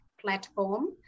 platform